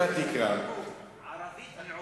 לא, את הרמב"ם בעברית אני קורא.